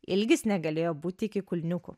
ilgis negalėjo būt iki kulniukų